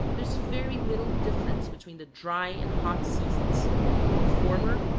there is very little difference between the dry and hot seasons the former,